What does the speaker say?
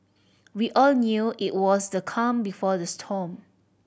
we all knew it was the calm before the storm